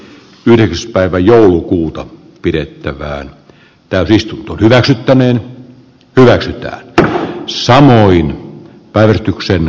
neljäs päivä joulukuuta pidettävään täydensi hyväksyttäneen häksyt ä ssä määrin päivystyksen